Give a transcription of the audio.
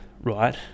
right